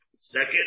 second